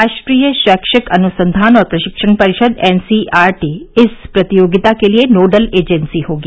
राष्ट्रीय शैक्षिक अनुसंधान और प्रशिक्षण परिषद एनसीईआरटी इस प्रतियोगिता के लिए नोडल एजेंसी होगी